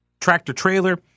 tractor-trailer